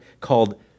called